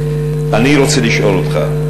אני רוצה לשאול אותך: